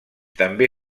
també